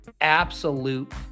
absolute